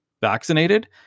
vaccinated